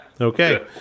Okay